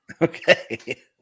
Okay